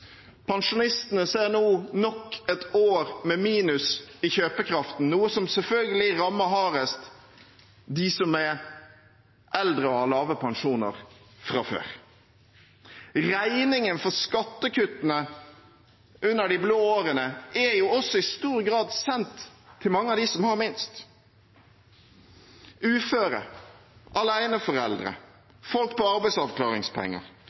Pensjonistene ser nå nok et år med minus i kjøpekraften, noe som selvfølgelig rammer hardest de som er eldre og har lave pensjoner fra før. Regningen for skattekuttene i de blå årene er også i stor grad blitt sendt til mange av dem som har minst – uføre, aleneforeldre, folk på arbeidsavklaringspenger,